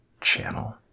Channel